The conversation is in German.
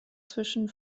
zwischen